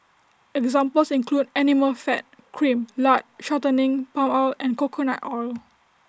examples include animal fat cream lard shortening palm oil and coconut oil